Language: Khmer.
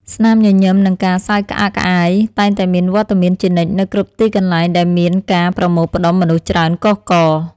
ស្នាមញញឹមនិងការសើចក្អាកក្អាយតែងតែមានវត្តមានជានិច្ចនៅគ្រប់ទីកន្លែងដែលមានការប្រមូលផ្ដុំមនុស្សច្រើនកុះករ។